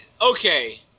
okay